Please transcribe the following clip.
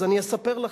אז אני אספר לכם,